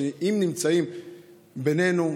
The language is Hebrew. אם נמצאות בינינו,